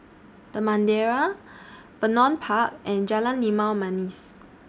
The Madeira Vernon Park and Jalan Limau Manis